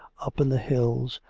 up in the hills,